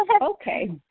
Okay